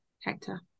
Hector